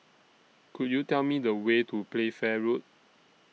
Could YOU Tell Me The Way to Playfair Road